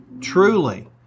Truly